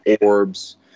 orbs